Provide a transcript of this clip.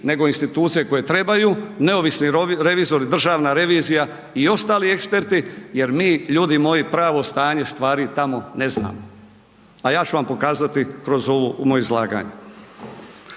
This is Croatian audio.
nego institucije koje trebaju, neovisni revizori, državna revizija i ostali eksperti jer mi ljudi moji pravo stanje stvari tamo ne znamo. A ja ću vam pokazati kroz ovu moje izlaganje.